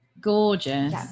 Gorgeous